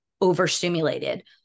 overstimulated